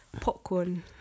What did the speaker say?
popcorn